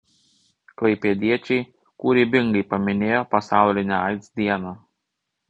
klaipėdiečiai kūrybingai paminėjo pasaulinę aids dieną